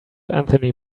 anthony